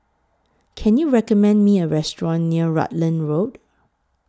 Can YOU recommend Me A Restaurant near Rutland Road